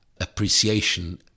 appreciation